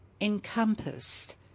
encompassed